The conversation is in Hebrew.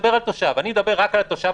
רק על תושבים